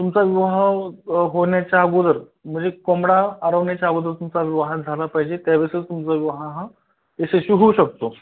तुमचा विवाह होण्याच्या अगोदर म्हणजे कोंबडा आरवण्याच्या आगोदर तुमचा विवाह झाला पाहिजे त्यावेळेसच तुमचा विवाह यशस्वी होऊ शकतो